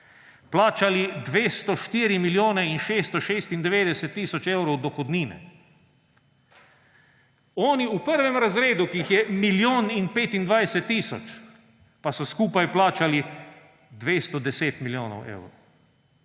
plačali 204 milijone in 696 tisoč evrov dohodnine. Oni v prvem razredu, ki jih je 1 milijon in 25 tisoč, pa so skupaj plačali 210 milijonov evrov.